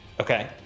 Okay